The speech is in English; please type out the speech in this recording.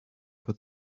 put